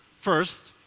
first,